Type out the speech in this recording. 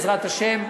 בעזרת השם,